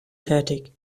tätig